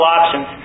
options